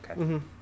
Okay